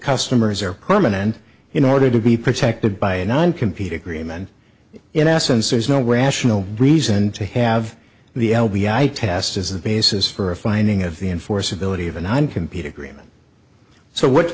customers are permanent in order to be protected by a non compete agreement in essence there's no rational reason to have the l b i test as the basis for a finding of the enforceability of and i'm competing agreement so what